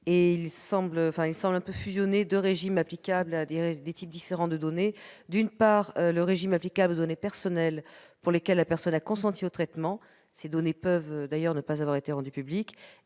semble fusionner les régimes applicables à deux types différents de données : d'une part, le régime applicable aux données personnelles, pour lesquelles la personne a consenti au traitement- ces données peuvent ne pas avoir été rendues publiques